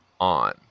on